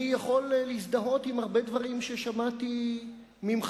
אני יכול להזדהות עם הרבה דברים ששמעתי ממך,